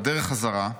בדרך חזרה,